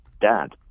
dad